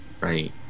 right